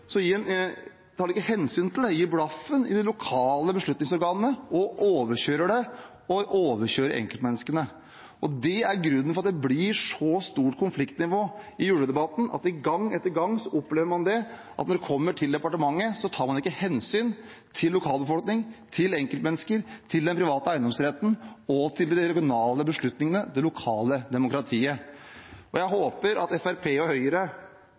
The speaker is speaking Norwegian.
så stor belastning for den enkelte. Men nei, når Ola Elvestuen sitter på sitt kontor, tar han ikke hensyn til det, han gir blaffen i de lokale beslutningsorganene, overkjører dem og overkjører enkeltmenneskene. Det er grunnen til at det blir så høyt konfliktnivå i ulvedebatten: at man gang etter gang opplever at når det kommer til departementet, tar man ikke hensyn til lokalbefolkningen, til enkeltmennesker, til den private eiendomsretten, til de regionale beslutningene og til det lokale demokratiet. Jeg håper at Fremskrittspartiet og Høyre